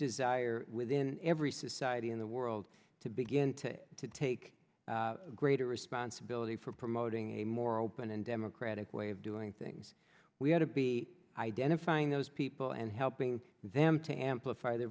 desire within every society in the world to begin to take greater responsibility for promoting a more open and democratic way of doing things we ought to be identifying those people and helping them to amplify the